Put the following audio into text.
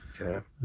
Okay